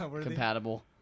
compatible